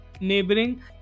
neighboring